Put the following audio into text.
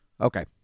okay